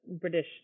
British